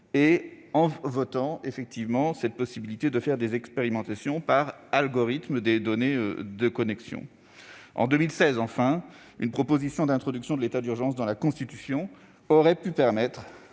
et en adoptant la possibilité de faire des expérimentations par algorithme des données de connexion. En 2016, enfin, une proposition d'introduction de l'état d'urgence dans la Constitution aurait pu permettre